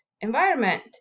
environment